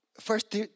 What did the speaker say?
first